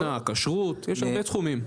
ארנונה, כשרות, יש הרבה תחומים.